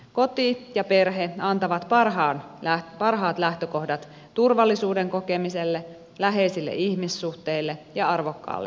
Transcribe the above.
koti ja perhe antavat parhaat lähtökohdat turvallisuuden kokemiselle läheisille ihmissuhteille ja arvokkaalle elämälle